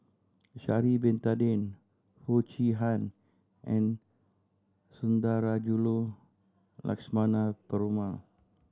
Sha'ari Bin Tadin Foo Chee Han and Sundarajulu Lakshmana Perumal